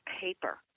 paper